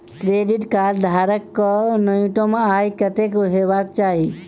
Credit card धारक कऽ न्यूनतम आय कत्तेक हेबाक चाहि?